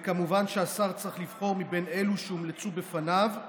וכמובן שהשר צריך לבחור מבין אלו שהומלצו בפניו,